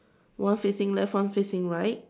one facing left one facing right